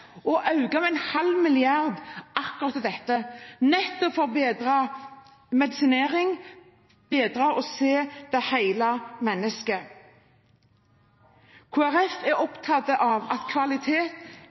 å øke bevilgningen med 0,5 mrd. kr til akkurat dette, nettopp for å bedre medisineringen og for bedre å kunne se hele mennesket. Kristelig Folkeparti er opptatt av at kvalitet